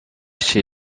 chez